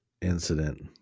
incident